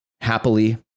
happily